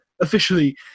officially